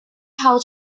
how